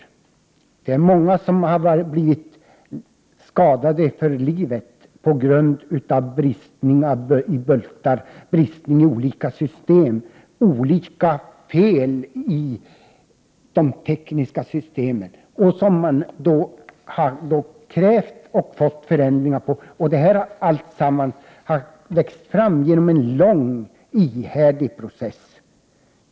Det finns de som har blivit skadade för livet på grund av bristningar i bultar, brister i system och fel i tekniska system. Man har krävt och så småningom fått förändringar. Detta har växt fram genom en lång och ihärdig process.